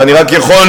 ואני רק יכול,